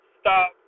stop